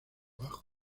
abajo